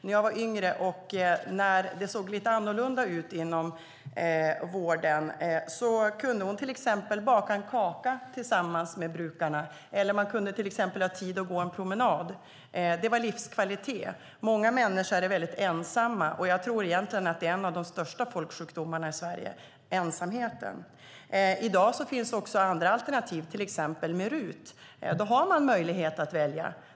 När jag var yngre och det såg lite annorlunda ut inom vården kunde hon till exempel baka en kaka tillsammans med brukarna, och man kunde ha tid att gå en promenad. Det var livskvalitet. Många människor är väldigt ensamma. Jag tror att ensamhet är en av de största folksjukdomarna i Sverige. I dag finns andra alternativ, som till exempel RUT. Då har man möjlighet att välja.